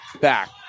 back